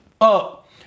up